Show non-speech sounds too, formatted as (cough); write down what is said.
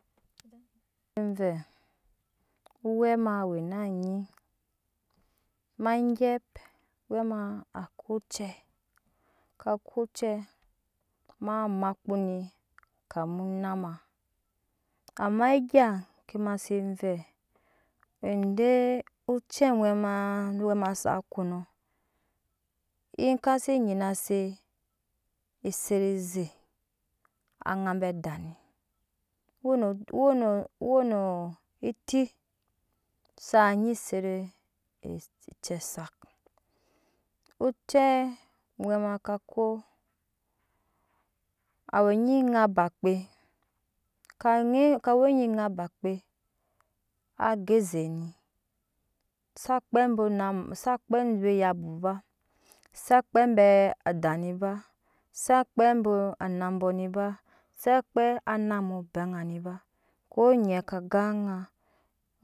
(noise) vɛɛ owɛ ma we na nyi ma gyɛp owɛ ma ako ocɛ ka ko ocɛ maa makpu ni kama anama ama ga ma se vɛ ede ocɛ wɛ ma sa ko nɔ ieka si nyna se esset eze aŋa be adaa ni wono wono wono eti sa nyi set we ece zak ocɛ wɛ ma kako awe anyi daiaba kpe ke ŋe awe nyi ŋai abakee ka ge ze ni sa kpe bo nama sa kpa abe eyabo ba s kpe abɛ a daa ni ba sa kpɛ abo onabɔ ni ba sa kpɛ ana ma obɛ ŋani ba kɛ nyɛ ka gan aŋa